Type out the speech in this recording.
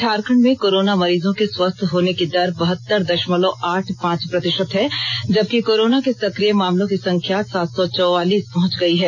झारखंड में कोरोना मरीजों के स्वस्थ होने की दर बहतर दशमलव आठ पांच प्रतिशत है जबिक कोरोना के सक्रिय मामलों की संख्या सात सौ चौवालीस पहुंच गयी है